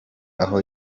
aho